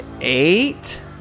eight